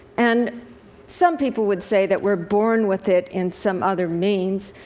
and some people would say that we're born with it in some other means.